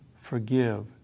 forgive